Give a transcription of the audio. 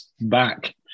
back